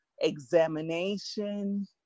examination